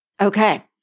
Okay